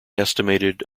estimated